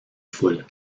foules